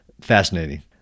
fascinating